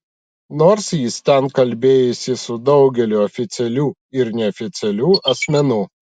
nors jis ten kalbėjosi su daugeliu oficialių ir neoficialių asmenų